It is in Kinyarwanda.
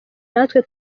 natwe